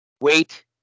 Wait